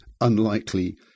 unlikely